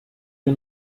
you